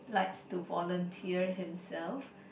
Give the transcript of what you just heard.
likes to volunteer himself